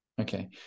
Okay